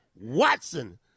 Watson